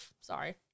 sorry